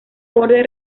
borde